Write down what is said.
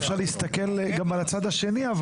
ניתן להסתכל על זה גם מהצד השני: